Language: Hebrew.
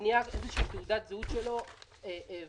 השקף הזה הוא תעודת זהות של ענף הבנייה